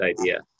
idea